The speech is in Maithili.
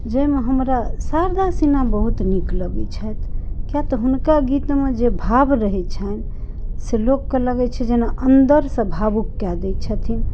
जाहिमे हमरा शारदा सिन्हा बहुत नीक लगैत छथि किएक तऽ हुनका गीतमे जे भाव रहै छनि से लोकके लगै छै जेना अन्दरसँ भावुक कऽ दै छथिन